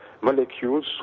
molecules